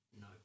No